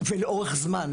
ולאורך זמן,